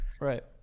Right